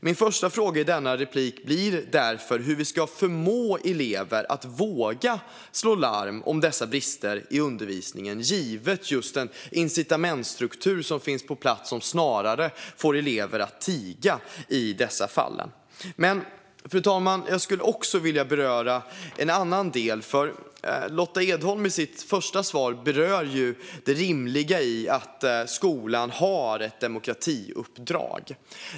Min första fråga i detta inlägg blir därför hur vi ska förmå elever att våga slå larm om dessa brister i undervisningen givet den incitamentsstruktur som finns på plats, som snarare får elever att tiga i dessa fall. Fru talman! Jag skulle också vilja beröra en annan del. Lotta Edholm berörde i sitt första svar det rimliga i att skolan har ett demokratiuppdrag.